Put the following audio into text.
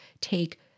take